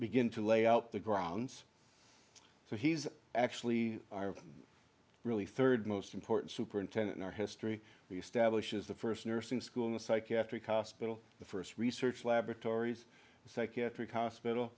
begin to lay out the grounds so he's actually are really third most important superintendent in our history we establish is the first nursing school a psychiatric hospital the first research laboratories psychiatric hospital